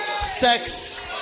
sex